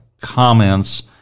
comments